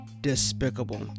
despicable